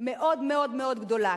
מאוד גדולה,